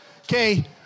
Okay